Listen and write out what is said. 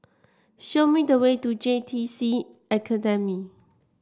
show me the way to J T C Academy